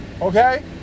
okay